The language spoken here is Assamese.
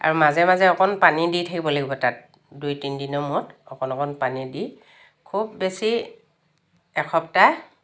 আৰু মাজে মাজে অকণ পানী দি থাকিব লাগিব তাত দুই তিনিদিনৰ মুৰত অকণ অকণ পানী দি খুব বেছি এসপ্তাহ